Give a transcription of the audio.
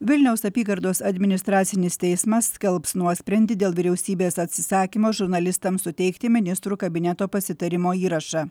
vilniaus apygardos administracinis teismas skelbs nuosprendį dėl vyriausybės atsisakymo žurnalistams suteikti ministrų kabineto pasitarimo įrašą